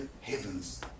heavens